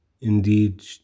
indeed